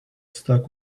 stuck